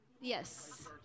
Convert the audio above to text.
Yes